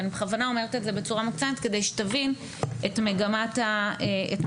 אני בכוונה אומרת את זה בצורה מוקצנת כדי שתבין את מגמת העלייה.